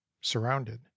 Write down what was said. Surrounded